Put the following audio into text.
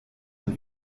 ein